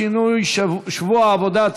שינוי שבוע העבודה),